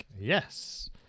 Yes